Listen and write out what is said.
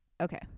okay